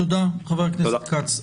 תודה, חבר הכנסת כץ.